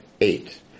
eight